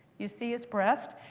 you see his breast?